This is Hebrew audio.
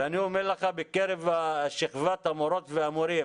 אני אומר לך, בקרב שכבת המורות והמורים